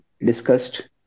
discussed